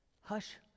hush